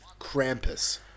Krampus